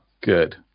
good